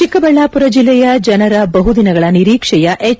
ಚಿಕ್ಕಬಳ್ಳಾಪುರ ಜಿಲ್ಲೆಯ ಜನರ ಬಹುದಿನಗಳ ನಿರೀಕ್ಷೆಯ ಎಚ್